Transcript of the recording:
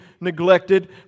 neglected